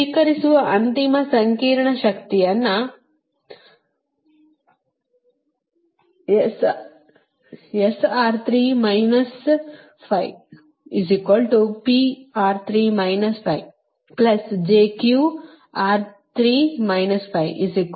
ಸ್ವೀಕರಿಸುವ ಅಂತಿಮ ಸಂಕೀರ್ಣ ಶಕ್ತಿಯನ್ನು ನೋಡಿದ್ದೇವೆ